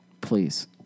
Please